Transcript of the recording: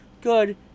good